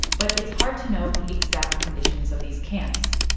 but it's hard to know the exact conditions of these camps.